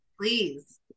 Please